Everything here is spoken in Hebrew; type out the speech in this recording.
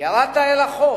ירדת אל החוף,